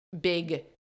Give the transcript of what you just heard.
big